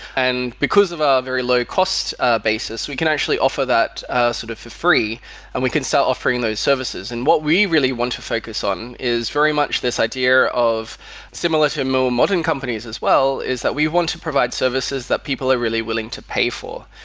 and because of our very low cost ah basis, we can actually offer that ah sort of for free and we can sell offering those services. and what we really want to focus on is very much this idea of similar to more modern companies as well, is that we want to provide services that people are really willing to pay for.